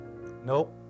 nope